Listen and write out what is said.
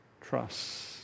trust